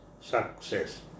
success